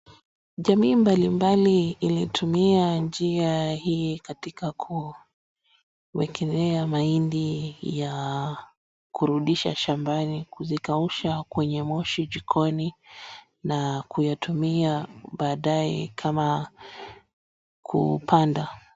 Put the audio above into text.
Jamii mbalimbali ilitumia njia hii katika kuwekelea mahindi ya kurudisha shambani, kuzikausha kwenye moshi jikoni na kuyatumia baadaye kama kupanda.